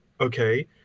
Okay